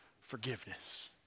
forgiveness